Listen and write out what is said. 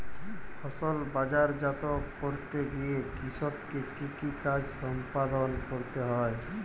ফসল বাজারজাত করতে গিয়ে কৃষককে কি কি কাজ সম্পাদন করতে হয়?